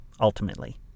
ultimately